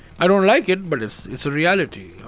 i don't like it but it's it's a reality.